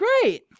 Great